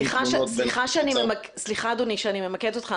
תלונות --- סליחה שאני ממקדת אותך,